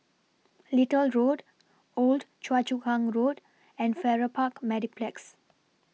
Little Road Old Choa Chu Kang Road and Farrer Park Mediplex